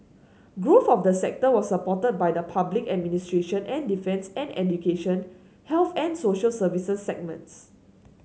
growth of the sector was supported by the public administration and defence and education health and social services segments